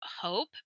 hope